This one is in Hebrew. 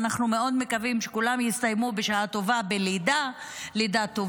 אנחנו מאוד מקווים שכולם יסיימו בשעה טובה בלידה טובה,